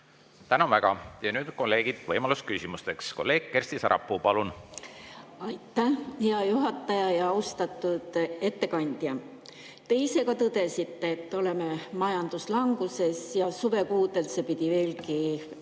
Tänan väga! Ja nüüd, kolleegid, on võimalus küsimusteks. Kolleeg Kersti Sarapuu, palun! Aitäh, hea juhataja! Austatud ettekandja! Te ise ka tõdesite, et oleme majanduslanguses ja suvekuudel pidi see